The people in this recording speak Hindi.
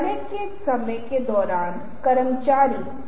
आपके पास सीरीफ टेक्स्ट है